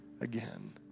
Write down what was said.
again